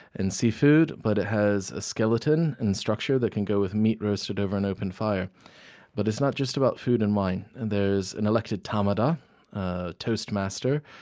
and seafood, but it has a skeleton in structure that can go with meat roasted over an open fire but it's not just about food and wine, there's an elected tamada toast master,